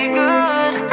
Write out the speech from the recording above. good